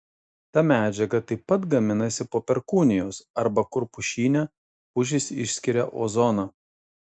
ta medžiaga taip pat gaminasi po perkūnijos arba kur pušyne pušys išskiria ozoną